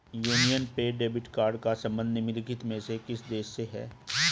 Union पे debit card का संबंध निम्नलिखित में से किस देश से है?